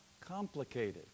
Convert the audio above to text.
complicated